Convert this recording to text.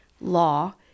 law